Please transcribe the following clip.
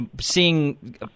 seeing